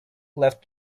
left